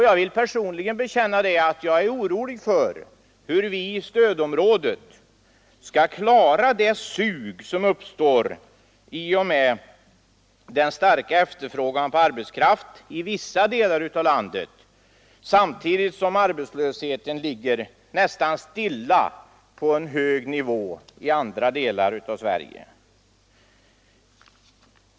Jag vill personligen bekänna att jag är orolig för hur vi inom stödområdet skall klara det sug som uppstår i och med den starka efterfrågan på arbetskraft i vissa delar av landet samtidigt som arbetslösheten ligger nästan stilla på en hög nivå i andra delar av Sverige.